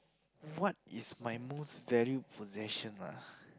what is my most valued possession ah